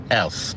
else